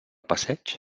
passeig